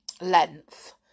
length